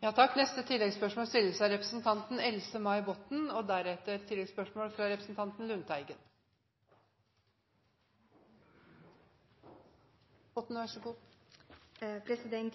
Botten – til oppfølgingsspørsmål. I